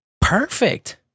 perfect